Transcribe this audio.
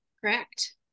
Correct